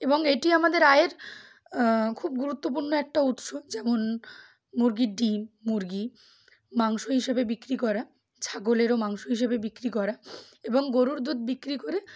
এবং এটি আমাদের আয়ের খুব গুরুত্বপূর্ণ একটা উৎস যেমন মুরগির ডিম মুরগি মাংস হিসেবে বিক্রি করা ছাগলেরও মাংস হিসেবে বিক্রি করা এবং গরুর দুধ বিক্রি করে